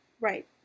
Right